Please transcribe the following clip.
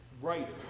writer